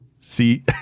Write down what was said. See